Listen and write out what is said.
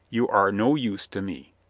you are no use to me.